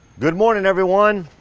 good morning, everyone.